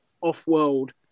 off-world